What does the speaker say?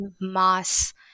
mass